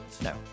No